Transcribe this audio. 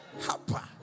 Hapa